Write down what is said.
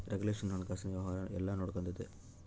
regulation ಹಣಕಾಸಿನ ವ್ಯವಹಾರ ಎಲ್ಲ ನೊಡ್ಕೆಂತತೆ